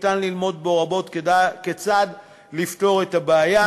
ניתן ללמוד בו רבות כיצד לפתור את הבעיה.